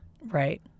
Right